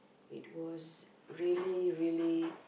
it was really really